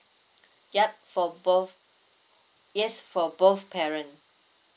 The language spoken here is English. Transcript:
yup for both yes for both parent